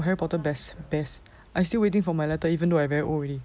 harry potter best best I still waiting for my letter even though I very old already